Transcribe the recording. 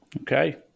okay